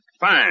Fine